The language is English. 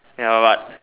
ya but